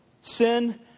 Sin